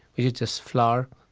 it is just flour,